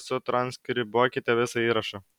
sutranskribuokite visą įrašą